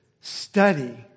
study